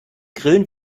grillen